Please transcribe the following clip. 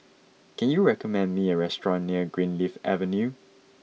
can you recommend me a restaurant near Greenleaf Avenue